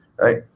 right